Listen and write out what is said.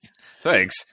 thanks